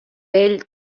vell